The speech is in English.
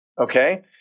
Okay